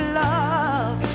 love